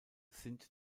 sint